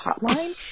hotline